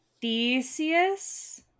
Theseus